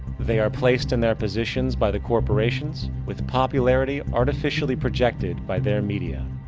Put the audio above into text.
they are placed in their positions by the corporations, with popularity artificially projected by their media.